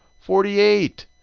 forty eight.